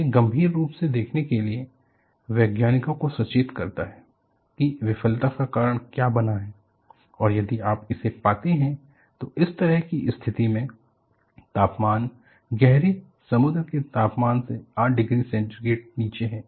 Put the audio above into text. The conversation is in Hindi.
यह गंभीर रूप से देखने के लिए वैज्ञानिकों को सचेत करता है कि विफलता का कारण क्या बना है और यदि आप इसे पाते हैं तो इस तरह की स्थिति में तापमान गहरी समुद्र के तापमान से 8 डिग्री सेंटीग्रेड नीचे है